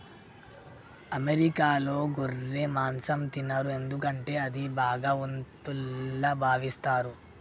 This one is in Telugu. అమెరికాలో గొర్రె మాంసం తినరు ఎందుకంటే అది భగవంతుల్లా భావిస్తారు